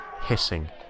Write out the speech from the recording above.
hissing